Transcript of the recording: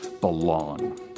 belong